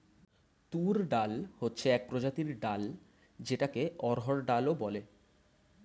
তুর ডাল হচ্ছে এক প্রজাতির ডাল যেটাকে অড়হর ডাল ও বলে